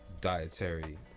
Dietary